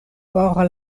por